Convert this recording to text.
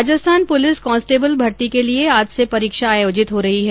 Rajasthan police constable भर्ती के लिए आज से परीक्षा आयोजित हो रही है